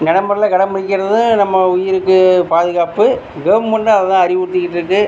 நடைமுறையில் கடைபுடிக்கிறது நம்ம உயிருக்கு பாதுகாப்பு கவர்மண்ட்டும் அதை தான் அறிவுறுத்திக்கிட்டு இருக்குது